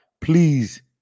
please